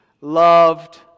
loved